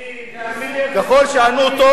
אתם לא מסכנים, תאמין לי, הרי אתם לא,